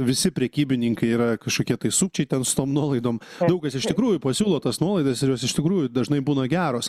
visi prekybininkai yra kažkokie tai sukčiai ten su tom nuolaidom daug kas iš tikrųjų pasiūlo tas nuolaidas ir jos iš tikrųjų dažnai būna geros